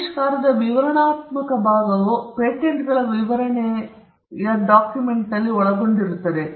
ಆವಿಷ್ಕಾರದ ವಿವರಣಾತ್ಮಕ ಭಾಗವು ಪೇಟೆಂಟ್ಗಳ ವಿವರಣೆಯನ್ನು ನಾವು ಕರೆಯುವ ಡಾಕ್ಯುಮೆಂಟ್ನಲ್ಲಿ ಒಳಗೊಂಡಿರುತ್ತದೆ